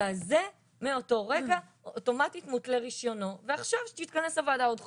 מאותו רגע אוטומטית מותלה רישיונו ועכשיו שתתכנס הוועדה עוד חודש,